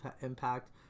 impact